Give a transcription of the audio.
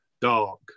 dark